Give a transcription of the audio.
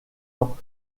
ans